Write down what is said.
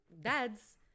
dads